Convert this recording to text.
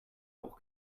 auch